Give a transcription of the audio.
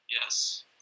yes